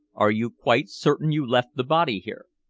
are you quite certain you left the body here?